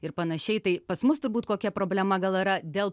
ir panašiai tai pas mus turbūt kokia problema gal yra dėl